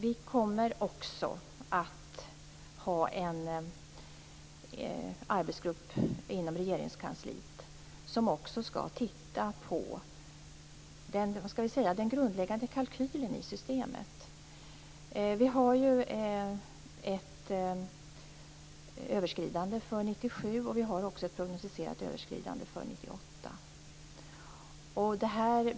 Det kommer också att tillsättas en arbetsgrupp inom Regeringskansliet som skall se på den grundläggande kalkylen i systemet. Vi har ett överskridande för 1997 och ett prognostiserat överskridande för 1998.